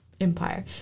Empire